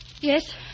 Yes